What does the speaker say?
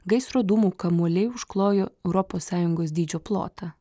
gaisro dūmų kamuoliai užklojo europos sąjungos dydžio plotą